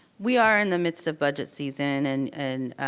we are in the midst of budget season, and and